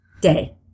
Day